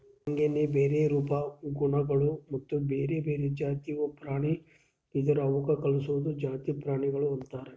ಹಾಂಗೆನೆ ಬೇರೆ ರೂಪ, ಗುಣಗೊಳ್ ಮತ್ತ ಬ್ಯಾರೆ ಬ್ಯಾರೆ ಜಾತಿವು ಪ್ರಾಣಿ ಇದುರ್ ಅವುಕ್ ಕಲ್ಸಿದ್ದು ಜಾತಿ ಪ್ರಾಣಿಗೊಳ್ ಅಂತರ್